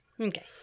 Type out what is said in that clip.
Okay